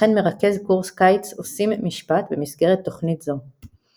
וכן מרכז קורס קיץ "עושים משפט" במסגרת תוכנית זו.